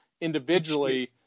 individually